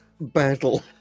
battle